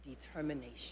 determination